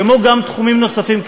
כמו תחומים נוספים,